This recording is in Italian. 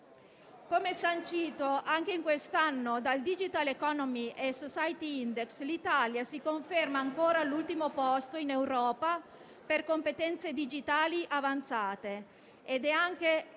Come sancito anche quest'anno dal *digital economy and society index* (DESI), l'Italia si conferma ancora all'ultimo posto in Europa per competenze digitali avanzate. Ed è anche